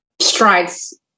strides